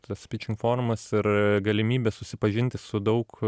tas pitching forumas ir galimybė susipažinti su daug